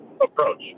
approach